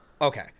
Okay